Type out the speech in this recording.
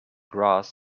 grass